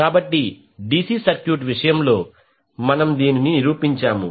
కాబట్టి DC circuit విషయంలో మనము దీనిని నిరూపించాము